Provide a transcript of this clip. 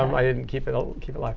um i didn't keep it um keep it live.